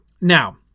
now